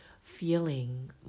feeling